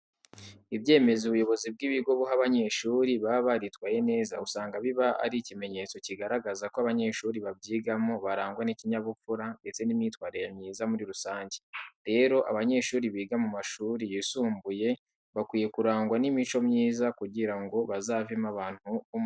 Ibyemezo ubuyobozi bw'ibigo buha abanyeshuri baba baritwaye neza, usanga biba ari ikimenyetso kigaragaza ko abanyeshuri babyigamo barangwa n'ikinyabupfura ndetse n'imyitwarire myiza muri rusange. Rero abanyeshuri biga mu mashuri yisumbuye bakwiye kurangwa n'imico myiza kugira ngo bazavemo abantu b'umumaro.